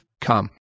come